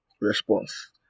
response